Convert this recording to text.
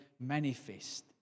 manifest